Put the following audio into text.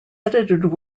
edited